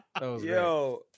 Yo